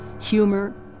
humor